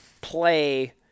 play